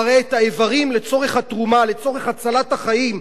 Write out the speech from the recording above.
והרי את האיברים לצורך התרומה, לצורך הצלת החיים,